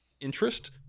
interest